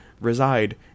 reside